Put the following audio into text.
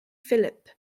philippe